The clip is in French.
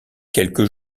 quelques